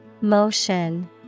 Motion